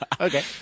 Okay